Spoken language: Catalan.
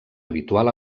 habitual